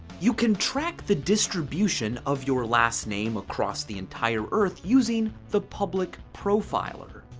you can track the distribution of your last name across the entire earth using the public profiler.